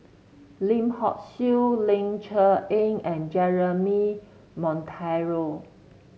Lim Hock Siew Ling Cher Eng and Jeremy Monteiro